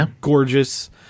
gorgeous